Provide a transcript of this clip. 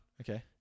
Okay